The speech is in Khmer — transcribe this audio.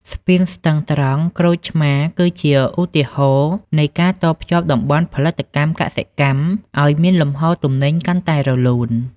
ស្ពានស្ទឹងត្រង់-ក្រូចឆ្មារ គឺជាឧទាហរណ៍នៃការតភ្ជាប់តំបន់ផលិតកម្មកសិកម្មឱ្យមានលំហូរទំនិញកាន់តែរលូន។